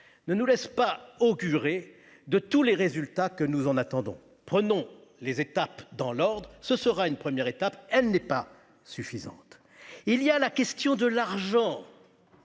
ne nous laisse pas augurer tous les résultats que nous en attendons. Mais prenons les étapes dans l'ordre : il s'agira d'une première étape, qui n'est pas suffisante. Il y a ensuite la question de l'argent.